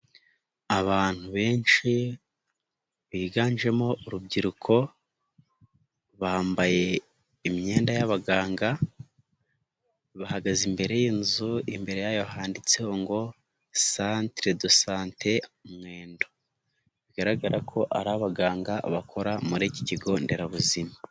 Abantu benshi, biganjemo urubyiruko, bambaye imyenda y'abaganga, bahagaze imbere y'inzu, imbere yayo handitseho ngo" Centre de sante Mwendo" bigaragara ko ari abaganga, bakora muri iki kigo nderabuzima.